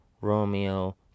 Romeo